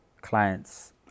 clients